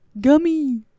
Gummy